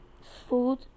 food